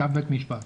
יש הסתייגויות?